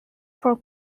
for